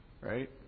right